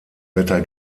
wetter